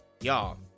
y'all